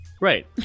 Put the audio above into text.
Right